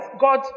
God